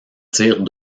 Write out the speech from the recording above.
tirent